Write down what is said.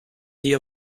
sea